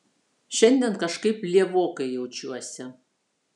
šiandien kažkaip lievokai jaučiuosi